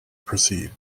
proceed